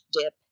dip